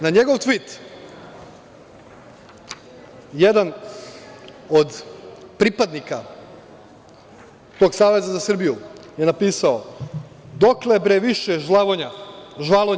Na njegov tvit jedan od pripadnika tog Saveza za Srbiju je napisao „Dokle bre više žvalonja?